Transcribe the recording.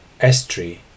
S3